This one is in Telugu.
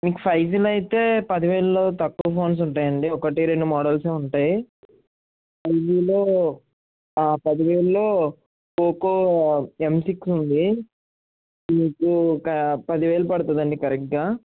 మీకు ఫైవ్ జిలో అయితే పది వేలల్లో తక్కువ ఫోన్స్ ఉంటాయండి ఒకటి రెండు మోడల్సే ఉంటాయి ఫైవ్ జిలో పది వేల్లో పోకో యమ్ సిక్స్ ఉంది మీకు ఒక పది వేలు పడుతుంది అండి కరక్ట్గా